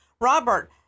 Robert